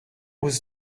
was